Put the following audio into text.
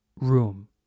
room